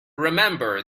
remember